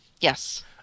Yes